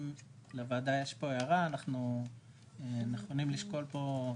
אם לוועדה יש פה הערה אנחנו נכונים לשקול.